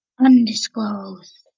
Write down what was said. Undisclosed